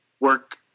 work